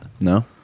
No